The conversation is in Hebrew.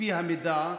לפי המידה,